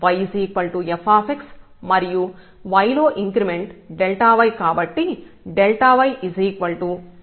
yf మరియు y లో increment yకాబట్టి yfxx fx అవుతుంది